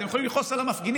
אתם יכול לכעוס על המפגינים,